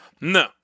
no